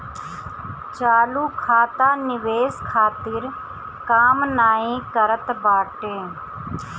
चालू खाता निवेश खातिर काम नाइ करत बाटे